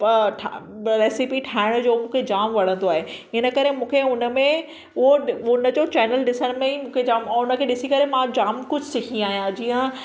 अ ठा रेसिपी ठाहिण जो मूंखे जाम वणंदो आहे हिनकरे मूंखे उनमें उहो उनजो चैनल ॾिसणु में मूंखे जामु ऐं उनखे ॾिसी करे मां जामु कुझु सिखी आहियां जीअं